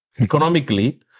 Economically